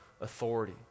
authority